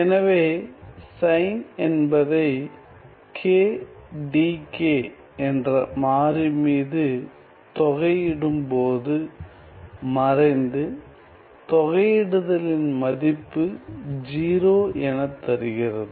எனவே சைன் என்பதை k dk என்ற மாறி மீது தொகை இடும் போது மறைந்து தொகையிடுதலின் மதிப்பு 0 என தருகிறது